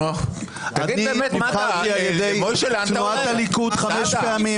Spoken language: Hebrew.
אני נבחרתי על ידי תנועת הליכוד חמש פעמים.